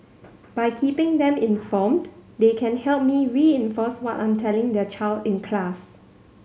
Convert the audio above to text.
by keeping them informed they can help me reinforce what I'm telling their child in class